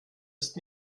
ist